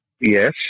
yes